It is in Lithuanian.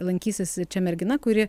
lankysis čia mergina kuri